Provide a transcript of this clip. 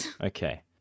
Okay